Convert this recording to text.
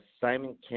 Simon